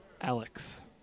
Alex